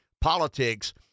politics